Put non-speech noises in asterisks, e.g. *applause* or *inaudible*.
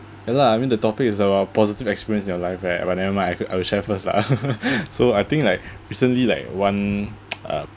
ya lah I mean the topic is about positive experience in your life where but never mind I would share first lah *laughs* *breath* so I think like *breath* recently like one *noise* uh